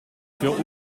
für